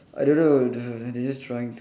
I don't know d~ they just trying to